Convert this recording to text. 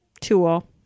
tool